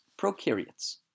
prokaryotes